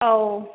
औ